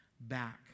back